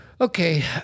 Okay